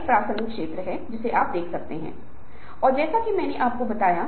कम dopamine का स्तर प्रेरणा की कमी थकान नशे की लत व्यवहार मूड स्विंग और स्मृति हानि का कारण बन सकता है